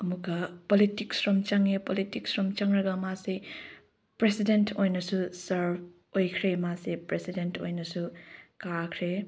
ꯑꯃꯨꯛꯀ ꯄꯣꯂꯤꯇꯤꯛꯁꯔꯣꯝꯗ ꯆꯪꯉꯦ ꯄꯣꯂꯤꯇꯤꯛꯁꯔꯣꯝꯗ ꯆꯪꯉꯂꯒ ꯃꯥꯁꯦ ꯄ꯭ꯔꯁꯤꯗꯦꯟꯠ ꯑꯣꯏꯅꯁꯨ ꯁꯔ ꯑꯣꯏꯈ꯭ꯔꯦ ꯃꯥꯁꯦ ꯄ꯭ꯔꯁꯤꯗꯦꯟꯠ ꯑꯣꯏꯅꯁꯨ ꯀꯥꯈ꯭ꯔꯦ